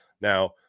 now